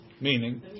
Meaning